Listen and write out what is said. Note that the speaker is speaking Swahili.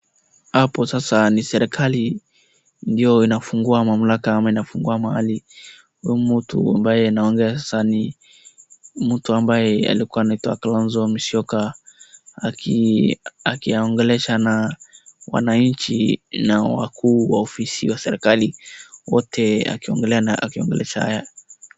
Hapo sasa ni serekali ndio inafungua mamlaka ama inafungua mahali huyu mtu ambaye inaongea sasa ni mtu ambaye alikuwa anaitwa Kalonzo Musyoka akiongelesha na wananchi na wakuu wa ofisi wa serekali wote akiongelesha haya.